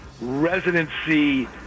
residency